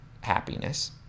happiness